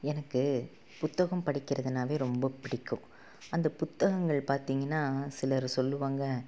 எனக்கு புத்தகம் படிக்கிறதுனாவே ரொம்ப பிடிக்கும் அந்த புத்தகங்கள் பார்த்திங்கன்னா சிலர் சொல்லுவாங்க